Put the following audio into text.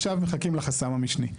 עכשיו מחכים לחסם המשני.